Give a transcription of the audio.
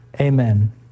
amen